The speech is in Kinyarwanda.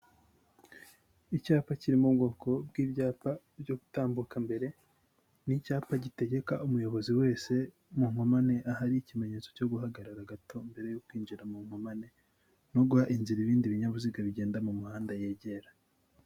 Icyapa kiri mu bwoko bw'ibyapa byo gutambuka mbere, ni icyapa gitegeka umuyobozi wese mu nkomane, ahari ikimenyetso cyo guhagarara gato mbere yo kwinjira mu nkomane no guha inzira ibindi binyabiziga bigenda mu muhanda yegera.